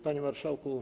Panie Marszałku!